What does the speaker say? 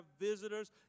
visitors